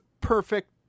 perfect